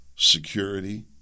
Security